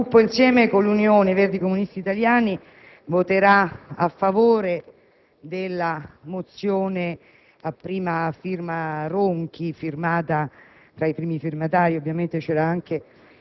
Signor Presidente, il Gruppo Insieme con l'Unione Verdi-Comunisti Italiani voterà a favore